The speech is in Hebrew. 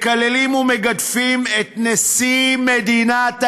מקללים ומגדפים את נשיא מדינת היהודים,